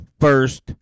first